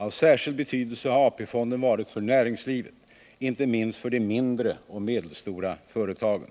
Av särskild betydelse har AP-fonden varit för näringslivet, inte minst för de mindre och medelstora företagen.